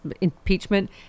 impeachment